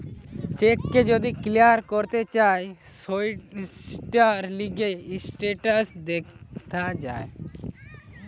check কে যদি clear করতে চায় সৌটার লিগে স্টেটাস দেখা যায়